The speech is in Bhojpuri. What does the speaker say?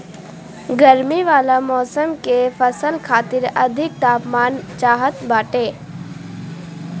गरमी वाला मौसम के फसल खातिर अधिक तापमान चाहत बाटे